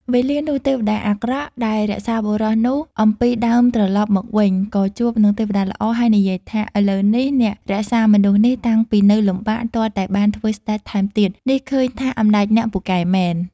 វេលានោះទេវតាអាក្រក់ដែលរក្សាបុរស នោះអំពីដើមត្រឡប់មកវិញ ក៏ជួបនឹងទេវតាល្អហើយនិយាយថា “ឥឡូវនេះអ្នករក្សា មនុស្សនេះតាំងពីនៅលំបាក ទាល់តែបានធ្វើស្ដេចថែមទៀត នេះឃើញថាអំណាចអ្នកពូកែមែន។